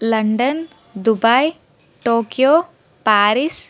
London Dubai Tokyo Paris